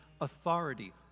authority